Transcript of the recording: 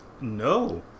No